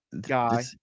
guy